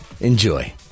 Enjoy